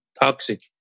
toxic